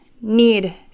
need